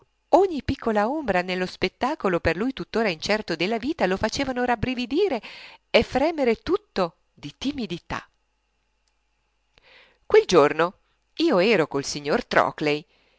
ogni piccola ombra nello spettacolo per lui tuttora incerto della vita lo facevano rabbrividire e fremer tutto di timidità quel giorno io ero col signor trockley